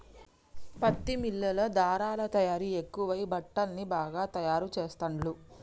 పత్తి మిల్లుల్లో ధారలా తయారీ ఎక్కువై బట్టల్ని బాగా తాయారు చెస్తాండ్లు